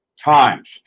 times